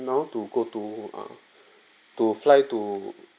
now to go to uh to fly to